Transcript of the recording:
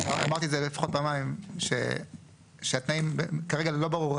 אמרתי את זה לפחות פעמיים, שהתנאים, כרגע לא ברור.